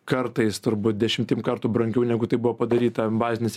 kartais turbūt dešimtim kartų brangiau negu tai buvo padaryta bazinis